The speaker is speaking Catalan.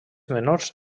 menors